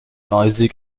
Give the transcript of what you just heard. noisy